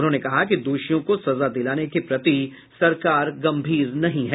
उन्होंने कहा कि दोषियों को सजा दिलाने के प्रति सरकार गंभीर नहीं है